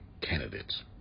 candidates